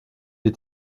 est